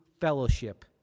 fellowship